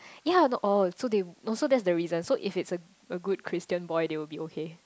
ya not all so they no so that's the reason so if it's a a good Christian boy they will be okay